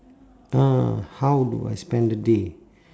uh how do I spend the day